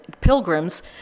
pilgrims